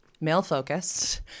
male-focused